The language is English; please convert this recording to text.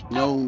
no